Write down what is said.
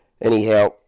Anyhow